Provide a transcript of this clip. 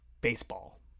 baseball